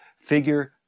Figure